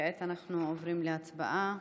כעת אנחנו עוברים להצבעה.